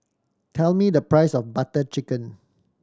tell me the price of Butter Chicken